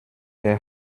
der